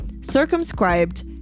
circumscribed